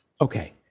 Okay